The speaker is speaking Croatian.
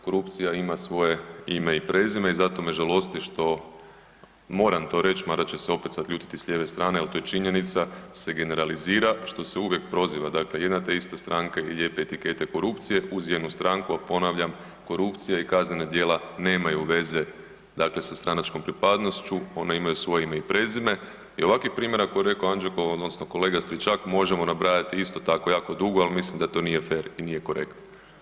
Korupcija ima svoje ime i prezime i zato me žalosti što moram to reći mada će se opet sad ljutiti s lijeve strane ali to je činjenica se ne generalizira što se uvijek proziva dakle jedna te ista stranka i lijepe etikete korupcije uz jednu stranku a ponavljam, korupcija i kaznena djela nemaju veze dakle sa stranačkom pripadnošću, ona imaju svoje ime i prezime i ovakvih primjera kako je rekao Anđelko odnosno kolega Stričak, možemo nabrajati isto tako jako dugo ali mislim da to nije fer i nije korektno.